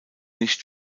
nicht